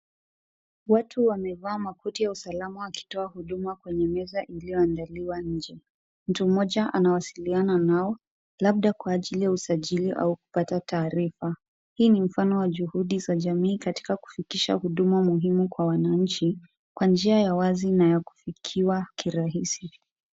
Watu wamevaa makoti ya usalama wakitoa huduma kwenye meza iliyoandaliwa nje. Mtu mmoja anawasiliana nao, labda kwa ajili ya usajili au kupata taarifa. Hii ni mfano wa juhudi za jamii katika kufikisha huduma muhimu kwa wananchi kwa njia ya wazi na ya kufikiwa kirahisi.